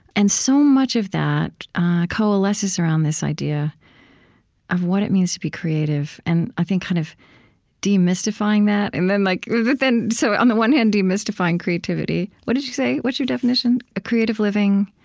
and so much of that coalesces around this idea of what it means to be creative and, i think, kind of demystifying that. and then, like so on the one hand, demystifying creativity what did you say? what's your definition? creative living,